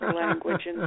language